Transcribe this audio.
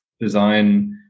design